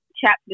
chapter